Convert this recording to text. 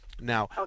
Now